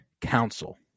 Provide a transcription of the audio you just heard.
Council